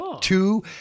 two